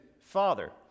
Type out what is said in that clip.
Father